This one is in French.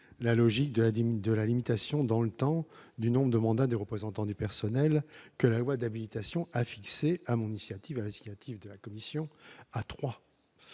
de la dîme de la limitation dans le temps du nombre de mandats des représentants du personnel que la loi d'habilitation a fixé à mon initiative Alexis hâtive de la Commission, à 3.